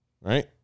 right